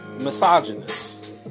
Misogynist